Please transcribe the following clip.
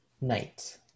Night